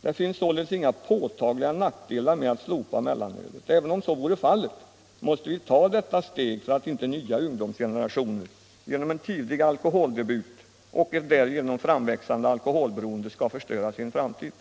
Det finns således inga påtagliga nackdelar med att slopa mellanölet. Även om så vore fallet, måste vi ta detta steg för att inte nya ungdomsgenerationer genom en tidig alkoholdebut och ett därigenom framväxande alkoholberoende skall förstöra sin framtid.